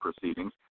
proceedings